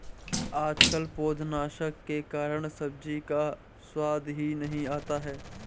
आजकल पौधनाशक के कारण सब्जी का स्वाद ही नहीं आता है